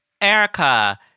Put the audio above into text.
Erica